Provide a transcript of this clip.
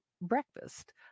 breakfast